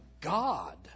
God